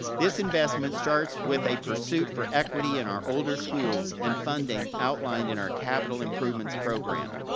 this investment starts with a pursuit for equity in our older schools and funding outlined in our capital improvements program.